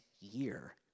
year